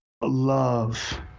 love